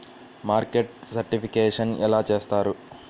Market certification ఎలా చేస్తారు?